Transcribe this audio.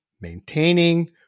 maintaining